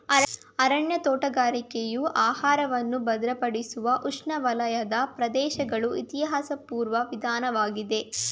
ಅರಣ್ಯ ತೋಟಗಾರಿಕೆಯು ಆಹಾರವನ್ನು ಭದ್ರಪಡಿಸುವ ಉಷ್ಣವಲಯದ ಪ್ರದೇಶಗಳ ಇತಿಹಾಸಪೂರ್ವ ವಿಧಾನವಾಗಿದೆ